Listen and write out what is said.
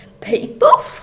people